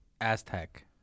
Aztec